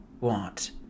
Want